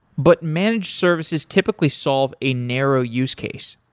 but managed services typically solve a narrow use case.